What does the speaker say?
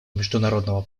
международного